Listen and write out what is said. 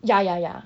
ya ya ya